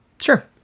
Sure